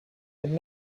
had